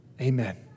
Amen